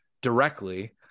directly